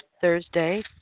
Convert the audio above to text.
Thursday